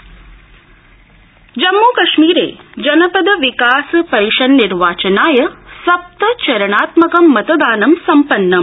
जम्मू जम्मुकश्मीरे जनपद विकासपरिषन्निर्वाचनाय सप्तचरणात्मकं मतदानं संपन्नम